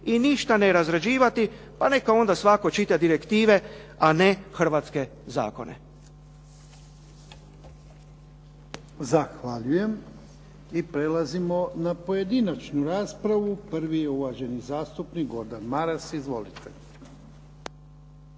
i ništa ne razrađivati, pa neka onda svatko čita direktive, a ne hrvatske zakone. **Jarnjak, Ivan (HDZ)** Zahvaljujem. I prelazimo na pojedinačnu raspravu. Prvi je uvaženi zastupnik Gordan Maras. Izvolite.